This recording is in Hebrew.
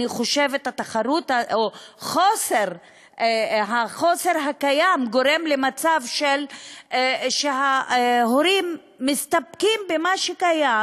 אני חושבת שהחוסר הקיים גורם למצב שההורים מסתפקים במה שקיים,